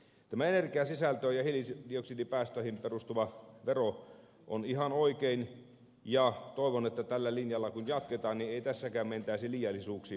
tämä energiasisältöön ja hiilidioksidipäästöihin perustuva vero on ihan oikein ja toivon että tällä linjalla kun jatketaan niin ei tässäkään mentäisi liiallisuuksiin